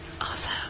Awesome